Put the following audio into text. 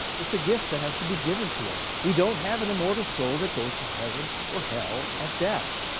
it's a gift that has to be given to us. we don't have an immortal soul that goes to heaven or hell at death.